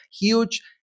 huge